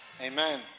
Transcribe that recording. Amen